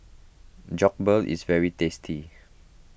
Jokbal is very tasty